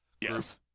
Yes